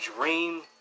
dream